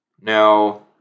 Now